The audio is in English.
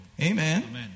Amen